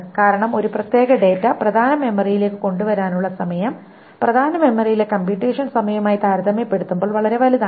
കാരണം ഒരു പ്രത്യേക ഡാറ്റ പ്രധാന മെമ്മറിയിലേക്ക് കൊണ്ടുവരാനുള്ള സമയം പ്രധാന മെമ്മറിയിലെ കമ്പ്യുറ്റേഷൻ സമയവുമായി താരതമ്യപ്പെടുത്തുമ്പോൾ വളരെ വലുതാണ്